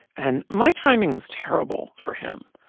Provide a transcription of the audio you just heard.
and my timing was terrible for him.